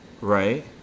Right